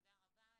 תודה רבה.